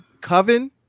Coven